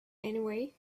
anyway